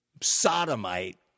sodomite